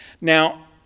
Now